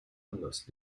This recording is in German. anlass